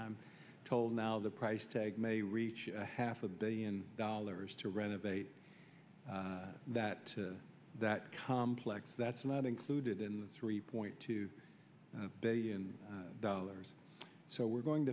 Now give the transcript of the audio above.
i'm told now the price tag may reach a half a billion dollars to renovate that to that complex that's not included in the three point two billion dollars so we're going